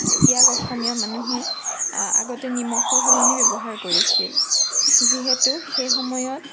ইয়াক অসমীয়া মানুহে আগতে নিমখৰ সলনি ব্যৱহাৰ কৰিছিল যিহেতু সেই সময়ত